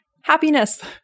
Happiness